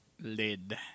Lid